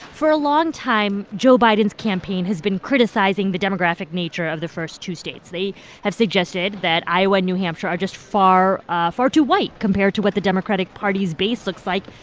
for a long time, joe biden's campaign has been criticizing the demographic nature of the first two states. they have suggested that iowa, new hampshire are just far ah far too white compared to what the democratic party's base looks like.